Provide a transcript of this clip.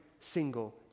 single